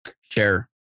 share